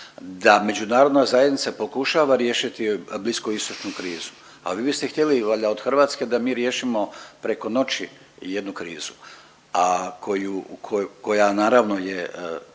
da međunarodna zajednica pokušava riješiti bliskoistočnu krizu. A vi biste htjeli valjda od Hrvatske da mi riješimo preko noći jednu krizu, a koja naravno je